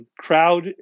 Crowd